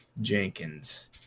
Jenkins